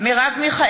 אינו נוכח מרב מיכאלי,